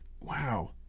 wow